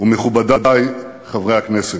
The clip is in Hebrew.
ומכובדי חברי הכנסת,